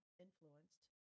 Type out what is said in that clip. influenced